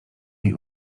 niej